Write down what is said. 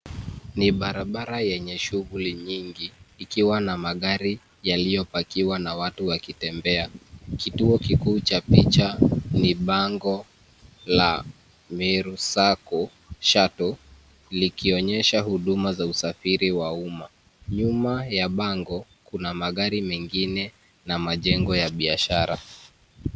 Ni barabara yenye shughuli nyingi ikiwa na magari yaliyopakiwa na watu wakitembea. Kituo kikuu cha picha ni bango la Meru sacco shuttle likionyesha huduma za usafiri wa umma. Nyuma ya bango kuna magari mengine na majengo ya biashara.